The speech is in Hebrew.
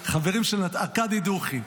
החברים של נטשה, ארקדי דוכין.